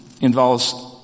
involves